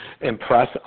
impress